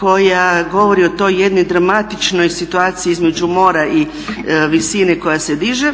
koja govori o toj jednoj dramatičnoj situaciji između mora i visine koja se diže